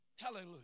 Hallelujah